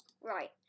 Right